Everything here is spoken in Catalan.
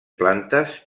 plantes